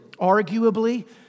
arguably